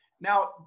Now